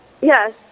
Yes